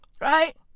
Right